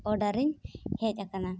ᱚᱰᱟᱨᱤᱧ ᱦᱮᱡ ᱟᱠᱟᱱᱟ